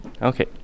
Okay